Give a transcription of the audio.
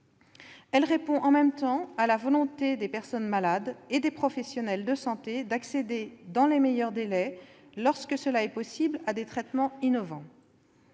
loi répond en même temps à la volonté des personnes malades et des professionnels de santé d'accéder dans les meilleurs délais, lorsque cela est possible, à des traitements innovants.